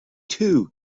too